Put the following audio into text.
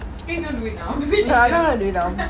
please don't do it now